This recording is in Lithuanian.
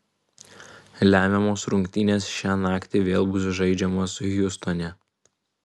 lemiamos rungtynės šią naktį vėl bus žaidžiamos hjustone